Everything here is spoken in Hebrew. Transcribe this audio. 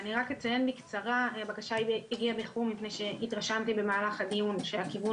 אני רק אציין בקצרה שהבקשה הגיעה באיחור מפני שהתרשמתי במהלך הדיון שהכיוון